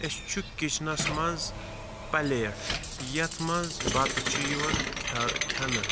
أسۍ چھُ کِچنس منٛز پَلیٹ یَتھ منٛز بَتہٕ چھُ یِوان کھٮ۪نہٕ